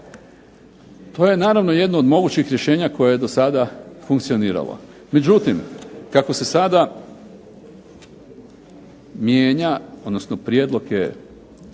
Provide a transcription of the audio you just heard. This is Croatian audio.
To je naravno, jedno od mogućih rješenja koje je do sada funkcioniralo. Međutim, kako se sada mijenja, odnosno prijedlog